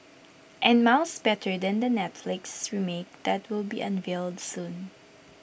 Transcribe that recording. and miles better than the Netflix remake that will be unveiled soon